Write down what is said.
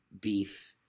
Beef